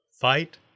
Fight